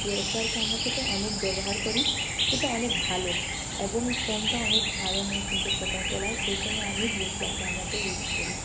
D S L R ক্যামেরাটাকে অনেক ব্যবহার করি ওটা অনেক ভালো এবং ফোনটা অনেক ভালো নয় কিন্তু ফোটো তোলার সেই জন্য আমি ডি এস এল আর ক্যামেরাটা ইউজ করি